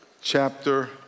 chapter